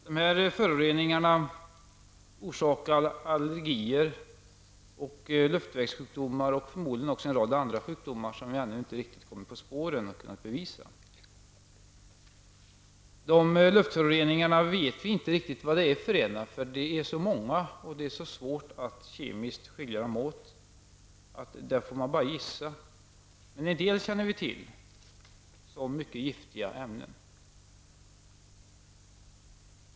Dessa föroreningar orsakar allergier, luftvägssjukdomar och förmodligen även en rad andra sjukdomar som vi ännu inte riktigt kommit på spåren och kunnat bevisa. Vi vet inte riktigt vad detta är för luftföroreningar, eftersom de är så många och det är så svårt att kemiskt skilja dem åt. Där får man bara gissa. En del känner vi till som mycket giftiga ämnen.